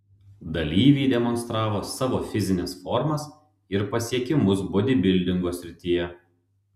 dalyviai demonstravo savo fizines formas ir pasiekimus bodybildingo srityje